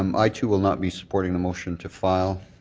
um i too will not be supporting the motion to file